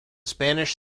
spanish